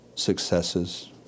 successes